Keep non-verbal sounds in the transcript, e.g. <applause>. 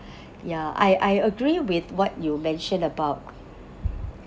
<breath> ya I I agree with what you mentioned about